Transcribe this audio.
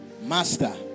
Master